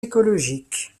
écologique